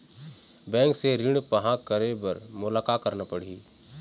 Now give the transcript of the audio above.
Bank से ऋण पाहां करे बर मोला का करना पड़ही?